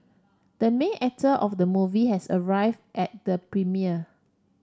the main actor of the movie has arrived at the premiere